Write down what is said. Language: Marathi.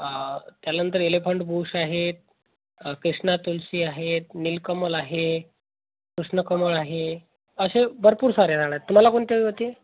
त्यानंतर एलिफंट बूष आहेत क्रिष्णा तुलसी आहेत नीलकमल आहे कृष्णकमळ आहे अशे भरपूर सारे राणारेत तुम्हाला कोनती हवी होती